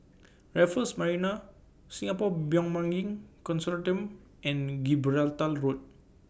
Raffles Marina Singapore Bioimaging Consortium and Gibraltar Road